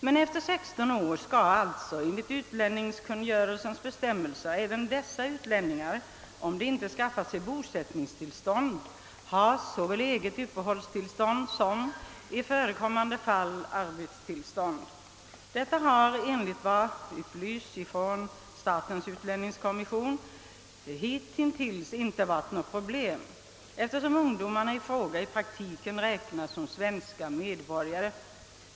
Men efter 16 år skall alltså, enligt utlänningskungörelsens bestämmelser, även dessa utlänningar — om de inte skaffat sig bosättningstillstånd — ha såväl eget uppehållstillstånd som, i förekommande fall, arbetstillstånd. Detta har, enligt vad som upplysts från statens utlänningskommission, hitintills inte varit något problem, eftersom ungdomarna i fråga i praktiken räknats som svenska medborgare.